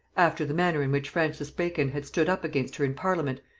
after the manner in which francis bacon had stood up against her in parliament,